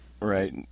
right